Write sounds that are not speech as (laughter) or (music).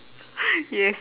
(noise) yes